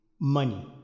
money